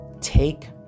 Take